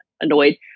annoyed